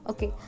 Okay